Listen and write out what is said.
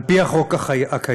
על פי החוק הקיים,